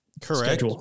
Correct